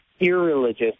irreligious